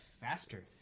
Faster